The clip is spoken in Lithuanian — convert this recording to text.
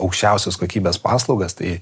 aukščiausios kokybės paslaugas tai